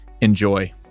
enjoy